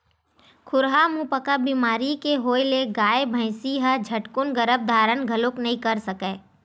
खुरहा मुहंपका बेमारी के होय ले गाय, भइसी ह झटकून गरभ धारन घलोक नइ कर सकय